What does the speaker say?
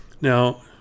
Now